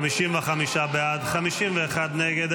55 בעד, 51 נגד.